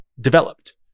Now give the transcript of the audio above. developed